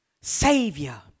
Savior